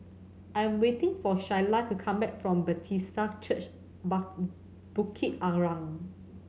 I'm waiting for Shayla to come back from Bethesda Church but Bukit Arang